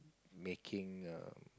making um